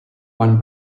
one